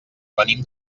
venim